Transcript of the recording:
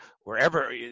wherever